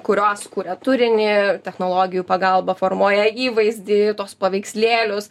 kurios kuria turinį technologijų pagalba formuoja įvaizdį tuos paveikslėlius